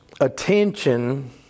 attention